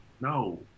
No